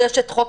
יסוד: